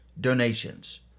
donations